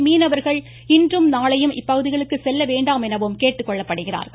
எனவே மீனவர்கள் இன்றும் நாளையும் இப்பகுதிகளுக்கு செல்ல வேண்டாமென கேட்டுக்கொள்ளப்படுகிறார்கள்